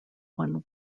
one